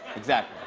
exactly.